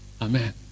Amen